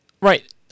Right